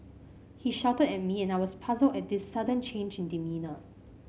he shouted at me and I was puzzled at this sudden change in demeanour